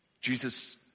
Jesus